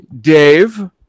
Dave